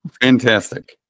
Fantastic